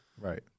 Right